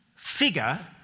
figure